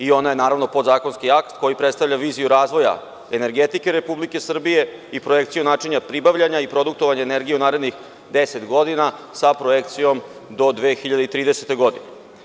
Ona je, naravno, podzakonski akt i predstavlja viziju razvoja energetike Republike Srbije i projekciju načina pribavljanja i produktovanja energije u narednih 10 godina, sa projekcijom do 2030. godine.